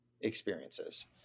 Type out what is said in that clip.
experiences